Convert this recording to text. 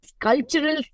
cultural